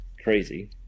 crazy